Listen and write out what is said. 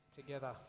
together